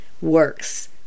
works